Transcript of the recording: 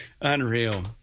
unreal